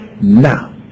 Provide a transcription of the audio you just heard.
now